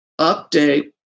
update